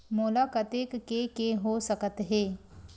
मोला कतेक के के हो सकत हे?